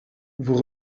vous